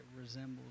resembles